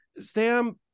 Sam